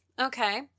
Okay